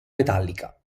metallica